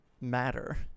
matter